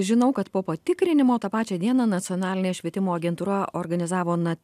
žinau kad po patikrinimo tą pačią dieną nacionalinė švietimo agentūra organizavo na